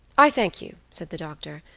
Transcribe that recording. i thank you, said the doctor.